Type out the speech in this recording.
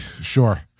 sure